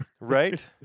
Right